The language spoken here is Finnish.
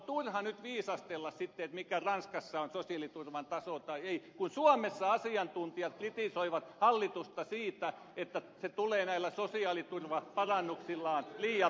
on turha nyt viisastella sitten mikä ranskassa on sosiaaliturvan taso tai ei kun suomessa asiantuntijat kritisoivat hallitusta siitä että se tulee näillä sosiaaliturvaparannuksillaan liian myöhään